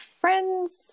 friends